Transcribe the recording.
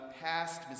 past